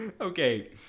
Okay